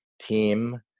team